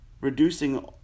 reducing